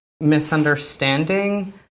misunderstanding